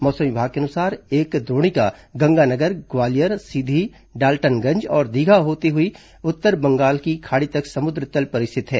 मौसम विभाग के अनुसार एक मानसून द्रोणिका गंगानगर ग्वालियर सीधी डाल्टनगंज और दीघा होती हुई उत्तर बंगाल की खाड़ी तक समुद्र तल पर स्थित है